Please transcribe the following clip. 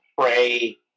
pray